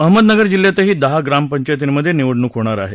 अहमदनगर जिल्ह्यातही दहा ग्रामपंचायतींमध्ये निवडणूक होणार आहे